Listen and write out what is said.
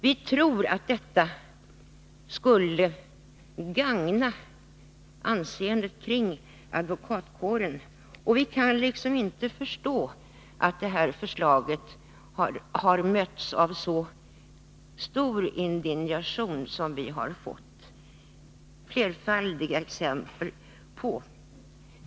Vi tror att detta skulle gagna advokatkårens anseende. Och vi kan inte förstå att det här förslaget har mötts av så stor indignation som vi har fått flerfaldiga exempel på.